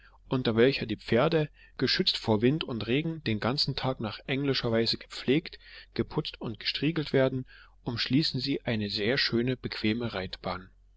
unter welcher die pferde geschützt vor wind und regen den ganzen tag nach englischer weise gepflegt geputzt und gestriegelt werden umschließen sie eine sehr schöne bequeme reitbahn